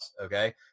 Okay